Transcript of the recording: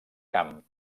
camp